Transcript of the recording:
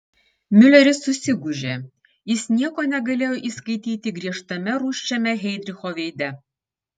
miuleris susigūžė jis nieko negalėjo įskaityti griežtame rūsčiame heidricho veide